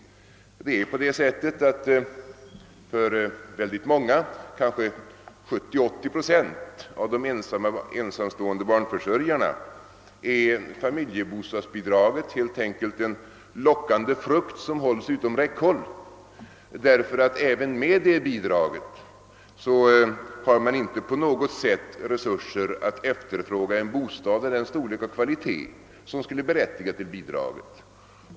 Det förhåller sig på det sättet, att för synnerligen många — kanske 70—380 procent av de ensamstående barnförsörjarna — är familjebostadsbidraget helt enkelt en lockande frukt som hålls upp utom räckhåll för dem, därför att de även med detta bidrag inte har tillräckliga resurser för att efterfråga en bostad av den storlek och kvalitet som skulle berättiga dem att få bidraget.